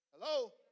Hello